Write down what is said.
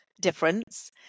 difference